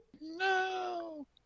No